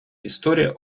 історія